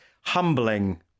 humbling